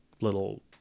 little